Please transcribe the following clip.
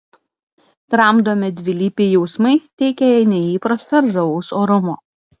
tramdomi dvilypiai jausmai teikia jai neįprasto ir žavaus orumo